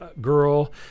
girl